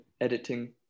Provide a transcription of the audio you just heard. editing